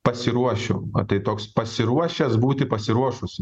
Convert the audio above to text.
pasiruošiu o tai toks pasiruošęs būti pasiruošusiu